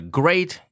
great